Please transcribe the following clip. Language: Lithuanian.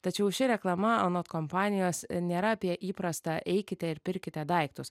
tačiau ši reklama anot kompanijos nėra apie įprastą eikite ir pirkite daiktus